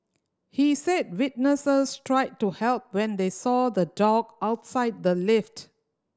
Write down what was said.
he said witnesses tried to help when they saw the dog outside the lift